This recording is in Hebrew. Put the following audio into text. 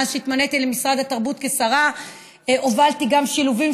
מאז שהתמניתי במשרד התרבות לשרה הובלתי גם שילובים